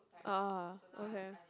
ah okay